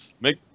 make